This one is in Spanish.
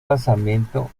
basamento